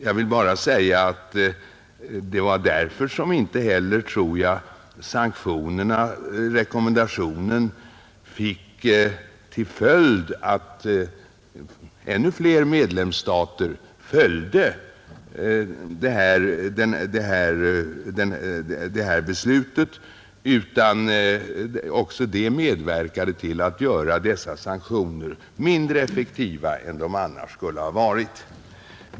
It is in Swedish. Jag vill bara säga att det var därför, tror jag, som inte heller rekommendationen fick till följd att ännu fler medlemsstater följde beslutet. Också detta medverkade till att göra sanktionerna mindre effektiva än de annars skulle ha varit.